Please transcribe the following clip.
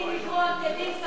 דין מגרון כדין סביון,